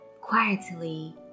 Quietly